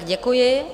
Děkuji.